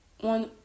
one